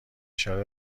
اشاره